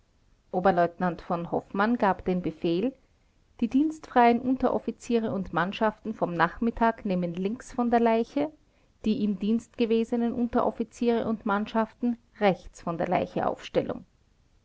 oberleutnant v hoffmann gab den befehl die dienstfreien unteroffiziere und mannschaften vom nachmittag nehmen links von der leiche die im dienst gewesenen unteroffiziere und mannschaften rechts von der leiche aufstellung